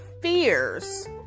fears